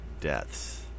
Deaths